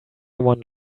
one